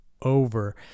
over